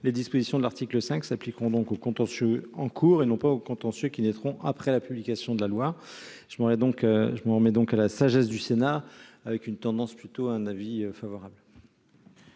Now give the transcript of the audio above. les dispositions de l'article 5 s'appliqueront aux contentieux en cours, et non pas à ceux qui naîtront après la publication de la loi. Je m'en remets donc à la sagesse du Sénat ... une sagesse plutôt favorable